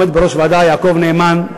עומד בראש הוועדה יעקב נאמן.